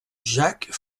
jacques